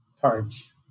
parts